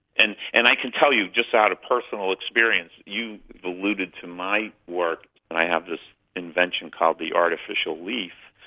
and and i can tell you, just out of personal experience, you have alluded to my work and i have this invention called the artificial leaf,